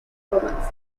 romance